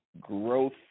growth